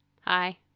Hi